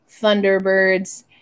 Thunderbirds